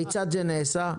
כיצד זה נעשה?